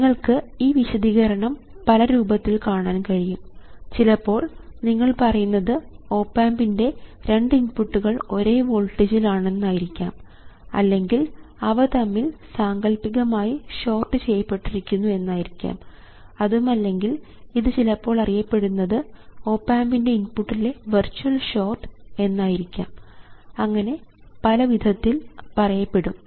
നിങ്ങൾക്ക് ഈ വിശദീകരണം പല രൂപത്തിൽ കാണാൻ കഴിയും ചിലപ്പോൾ നിങ്ങൾ പറയുന്നത് ഓപ് ആമ്പിൻറെ രണ്ട് ഇൻപുട്ടുകൾ ഒരേ വോൾട്ടേജിൽ ആണെന്നായിരിക്കാം അല്ലെങ്കിൽ അവ തമ്മിൽ സാങ്കൽപ്പികമായി ഷോർട്ട് ചെയ്യപ്പെട്ടിരിക്കുന്നു എന്നായിരിക്കാം അതുമല്ലെങ്കിൽ ഇത് ചിലപ്പോൾ അറിയപ്പെടുന്നത് ഓപ് ആമ്പിൻറെ ഇന്പുട്ടിലെ വെർച്വൽ ഷോർട്ട് എന്നായിരിക്കാം അങ്ങനെ പലവിധത്തിൽ പറയപ്പെടും